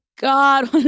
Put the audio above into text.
God